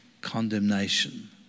condemnation